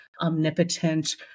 omnipotent